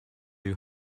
your